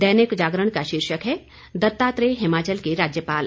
दैनिक जागरण का शीर्षक है दत्तात्रेय हिमाचल के राज्यपाल